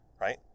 right